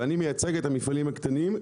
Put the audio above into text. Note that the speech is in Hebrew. ואני מייצג את המפעלים הקטנים,